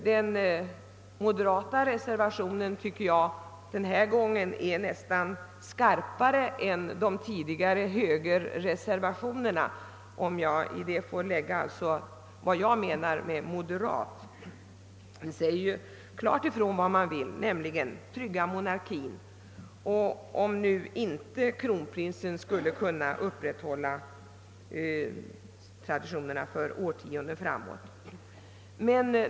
Den moderata reservationen tycker jag nästan är skarpare än de tidigare högerreservationerna, om jag i det sagda får inlägga vad jag menar med moderat. Reservationen i dag säger nämligen klart ifrån vad det är man vill ha, nämligen en tryggad monarki, om kronprinsen inte skulle kunna upprätthålla traditionerna för årtionden framöver.